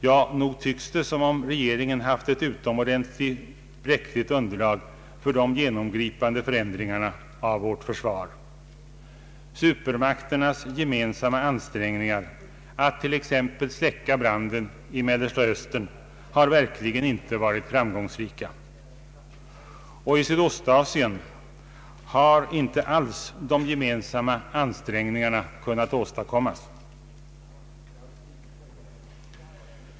Ja, nog tycks det som om regeringen haft en utomordentligt bräcklig grund för de genomgripande förändringarna av vårt försvar. Supermakternas gemensamma ansträngningar att släcka t.ex. branden i Mellersta Östern har verkligen inte varit framgångsrika. I Sydostasien har inte ens gemensamma ansträngningar kunnat åstadkommas.